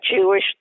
Jewish